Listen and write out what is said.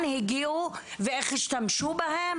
כמה מתוכם הן רשויות ערביות?